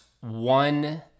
one